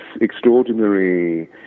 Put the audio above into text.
extraordinary